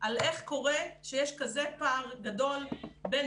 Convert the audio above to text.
על איך קורה שיש פער כזה גדול בין